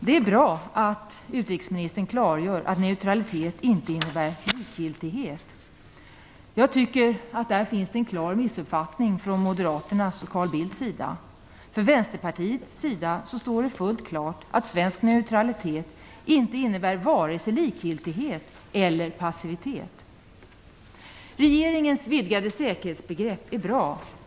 Det är bra att utrikesministern klargör att neutralitet inte innebär likgiltighet. På den punkten finns det en klar missuppfattning från Moderaternas och Carl Bildts sida, tycker jag. För Vänsterpartiet står det fullt klart att svensk neutralitet inte innebär vare sig likgiltighet eller passivitet. Regeringens vidgade säkerhetsbegrepp är bra.